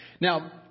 Now